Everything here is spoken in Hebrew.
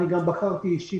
גם בחרתי אישית